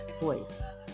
voice